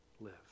live